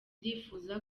ndifuza